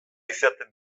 izaten